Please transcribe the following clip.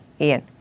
Ian